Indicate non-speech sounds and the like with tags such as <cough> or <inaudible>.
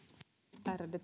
ärade <unintelligible>